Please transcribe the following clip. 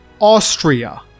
Austria